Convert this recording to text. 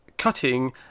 cutting